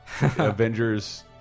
Avengers